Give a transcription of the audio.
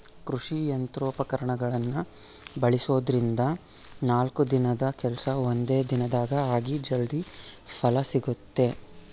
ಕೃಷಿ ಯಂತ್ರೋಪಕರಣಗಳನ್ನ ಬಳಸೋದ್ರಿಂದ ನಾಲ್ಕು ದಿನದ ಕೆಲ್ಸ ಒಂದೇ ದಿನದಾಗ ಆಗಿ ಜಲ್ದಿ ಫಲ ಸಿಗುತ್ತೆ